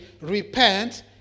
repent